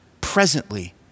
presently